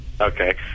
Okay